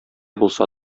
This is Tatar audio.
булса